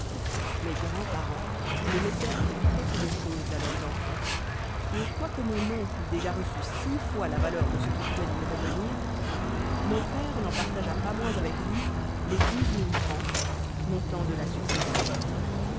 mes grands parens ne laissèrent que très-peu de chose à leurs enfans et quoique mon oncle eût déjà reçu six fois la valeur de ce qui pouvait lui revenir mon père n'en partagea pas moins avec lui les fr montant de la succession